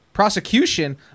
Prosecution